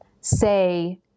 say